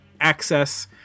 access